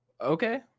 okay